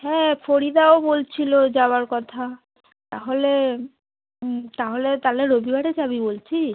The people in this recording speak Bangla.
হ্যাঁ ফরিদাও বলছিলো যাওয়ার কথা তাহলে তাহলে তালে রবিবারে যাবি বলছিস